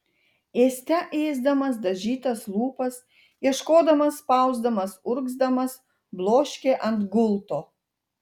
ėste ėsdamas dažytas lūpas ieškodamas spausdamas urgzdamas bloškė ant gulto